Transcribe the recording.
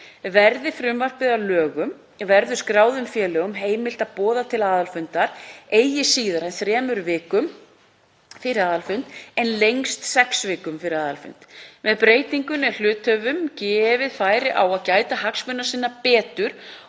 Verði frumvarpið að lögum verður skráðum félögum heimilt að boða til aðalfundar eigi síðar en þremur vikum fyrir aðalfund en lengst sex vikum fyrir aðalfund. Með breytingunni er hluthöfum gefið færi á að gæta hagsmuna sinna betur